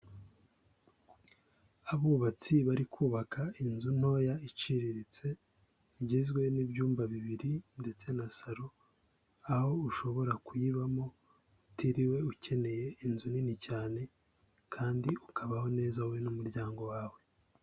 Abubatsi bari kubaka inzu ntoya iciriritse igizwe n'ibyumba bibiri ndetse na saro, aho ushobora kuyibamo utiriwe ukeneye inzu nini cyane kandi ukabaho neza wowe n'umuryango wawe.